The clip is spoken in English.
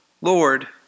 Lord